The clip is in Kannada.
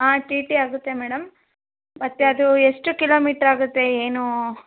ಆಂ ಟಿ ಟಿ ಆಗುತ್ತೆ ಮೇಡಮ್ ಮತ್ತು ಅದು ಎಷ್ಟು ಕಿಲೋಮೀಟ್ರಾಗುತ್ತೆ ಏನು